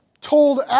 told